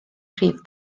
prif